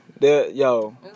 Yo